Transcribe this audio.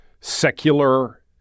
secular